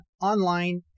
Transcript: online